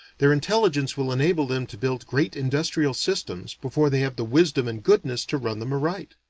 their intelligence will enable them to build great industrial systems before they have the wisdom and goodness to run them aright.